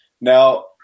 Now